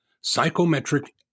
psychometric